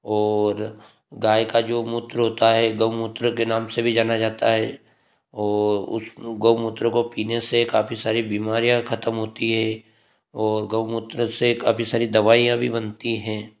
और गाय का जो मूत्र होता है गौ मूत्र के नाम से भी जाना जाता है उस गौ मूत्र को पीने से काफी सारी बीमारियाँ खतम है और गौ मूत्र से काफ़ी सारी दवाइयाँ भी बनती हैं